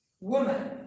woman